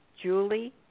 Julie